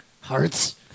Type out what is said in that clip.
hearts